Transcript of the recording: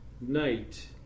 night